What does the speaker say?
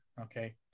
Okay